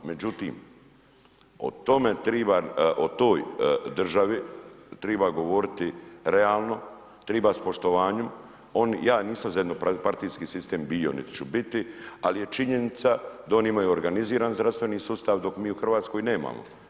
Međutim, o tome treba, o toj državi treba govoriti realno, treba sa poštivanjem, ja nisam za jednopartijski sistem bio niti ću biti ali je činjenica da oni imaju organizirani zdravstveni sustav dok mi u Hrvatskoj nemamo.